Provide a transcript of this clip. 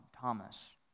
Thomas